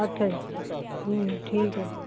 ਅੱਛਾ ਜੀ ਹਮ ਠੀਕ ਹੈ ਜੀ